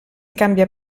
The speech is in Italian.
cambia